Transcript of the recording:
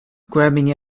grabbing